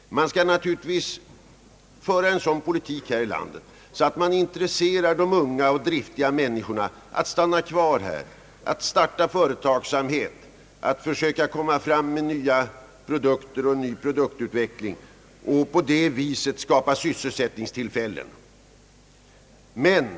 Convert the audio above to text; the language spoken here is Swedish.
Det skall naturligtvis föras en sådan politik här i landet, att de unga och driftiga människorna intresseras för att stanna kvar, att starta företag, att försöka komma med nya produkter och få till stånd en ny produktutveckling. På det viset kan nya sysselsättningstillfällen skapas.